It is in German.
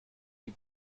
die